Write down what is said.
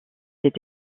des